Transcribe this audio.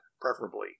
preferably